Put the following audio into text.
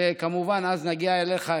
וכמובן אז נגיע אליך.